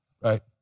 right